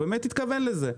הוא באמת התכוון לזה.